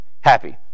happy